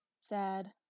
sad